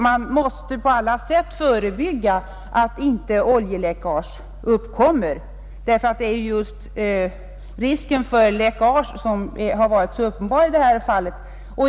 Vi måste på alla sätt förebygga oljeläckage, och det är just risken för läckage som varit så uppenbar i detta fall.